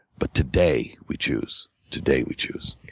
but today we choose. today we choose.